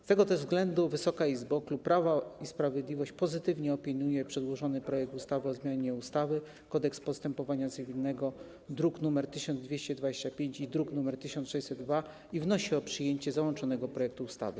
Z tego też względu, Wysoka Izbo, klub Prawo i Sprawiedliwość pozytywnie opiniuje przedłożony projekt ustawy o zmianie ustawy - Kodeks postępowania cywilnego, druki nr 1225 i 1622, i wnosi o przyjęcie załączonego projektu ustawy.